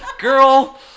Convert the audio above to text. girl